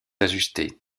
ajustées